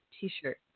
t-shirt